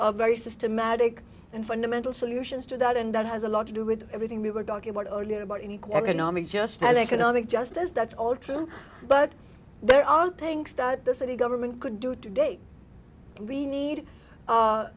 a very systematic and fundamental solutions to that and that has a lot to do with everything we were talking about earlier about any quicker nami just as economic justice that's all true but there are things that the city government could do today and we need